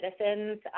citizens